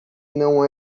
não